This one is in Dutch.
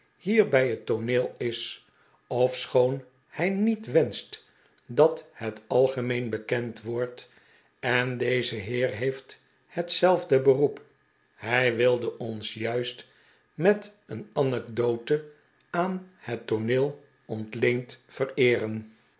hier bij het tooneel is ofschoon hij niet wenscht dat het algemeen bekend wordt en deze heer heeft hetzelfde beroep hij wilde ons juist met een anecdote aan het tooneel ontleend vereeren